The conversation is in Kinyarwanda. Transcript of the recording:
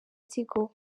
tigo